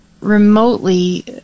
remotely